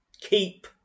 keep